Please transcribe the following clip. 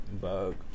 bug